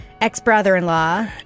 Ex-brother-in-law